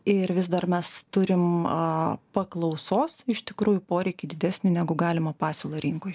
ir vis dar mes turim a paklausos iš tikrųjų poreikį didesnį negu galimą pasiūlą rinkoj